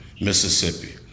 Mississippi